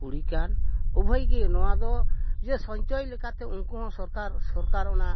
ᱠᱩᱲᱤ ᱠᱟᱱ ᱩᱵᱷᱚᱭ ᱜᱮ ᱱᱚᱣᱟ ᱫᱚ ᱡᱮ ᱥᱚᱧᱪᱚᱭ ᱞᱮᱠᱟᱛᱮ ᱩᱱᱠᱩ ᱦᱚᱸ ᱥᱚᱨᱠᱟᱨ ᱥᱚᱨᱠᱟᱨ ᱚᱱᱟ